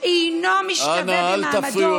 אינו משתווה במעמדו,